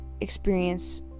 experience